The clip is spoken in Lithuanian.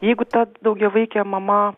jeigu ta daugiavaikė mama